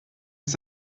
ist